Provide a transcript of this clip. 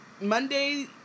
Monday